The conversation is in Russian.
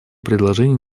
предложения